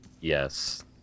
Yes